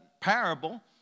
parable